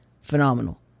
phenomenal